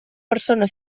persona